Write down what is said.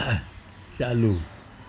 चालू